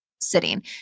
sitting